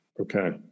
Okay